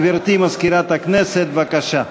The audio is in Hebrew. גברתי מזכירת הכנסת, בבקשה.